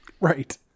Right